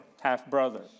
half-brother